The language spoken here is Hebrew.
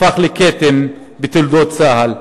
הפך לכתם בתולדות צה"ל,